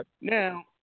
Now